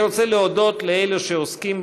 אני רוצה להודות לאלו שעוסקים